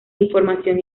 información